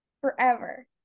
Forever